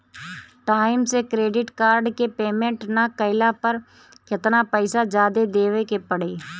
Time से credit card के payment ना कैला पर केतना पईसा जादे देवे के पड़ी?